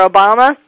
Obama